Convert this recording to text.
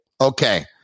Okay